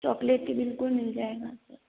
चॉकलेटी बिल्कुल मिल जाएगा सर